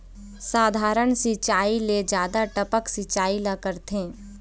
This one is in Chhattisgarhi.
साधारण सिचायी ले जादा टपक सिचायी ला करथे